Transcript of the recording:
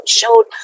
showed